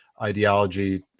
ideology